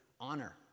honor